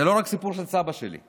זה לא רק סיפור של סבא שלי,